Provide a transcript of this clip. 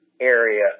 area